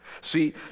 See